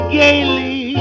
gaily